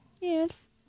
Yes